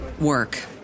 work